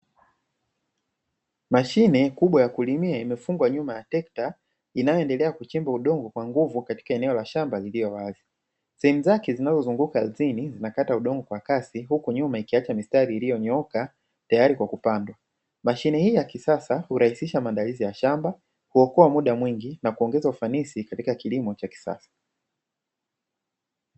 Mashine kubwa ya kulimia imefungwa nyuma ya trekta inayoendelea kuchimba udongo kwa nguvu katika eneo la shamba lililo wazi. Sehemu zake zinazozunguka ardhini zinakata udongo kwa kasi huku nyuma ikiacha mistari iliyonyooka tayari kwa kupandwa. Mashine hii ya kisasa hurahisisha maandalizi ya shamba, kuokoa muda mwingi na kuongeza ufanisi katika kilimo cha kisasa.